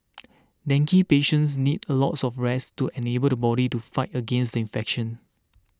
dengue patients need a lots of rest to enable the body to fight against the infection